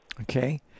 Okay